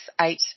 eight